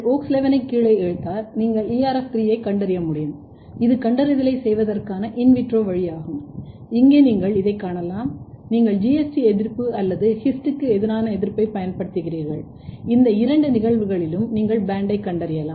நீங்கள் WOX11 ஐ கீழே இழுத்தால் நீங்கள் ERF3 ஐக் கண்டறிய முடியும் இது கண்டறிதலைச் செய்வதற்கான இன் விட்ரோ வழி ஆகும் இங்கே நீங்கள் இதைக் காணலாம் நீங்கள் GST எதிர்ப்பு அல்லது His க்கு எதிரான எதிர்ப்பைப் பயன்படுத்துகிறீர்கள் இந்த இரண்டு நிகழ்வுகளிலும் நீங்கள் பேண்டைக் கண்டறியலாம்